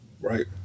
Right